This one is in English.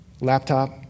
Laptop